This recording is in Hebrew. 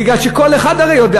בגלל שכל אחד הרי יודע,